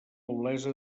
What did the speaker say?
olesa